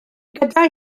gyda